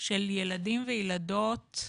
של ילדים וילדות,